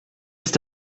ist